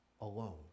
alone